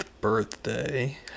birthday